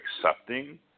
accepting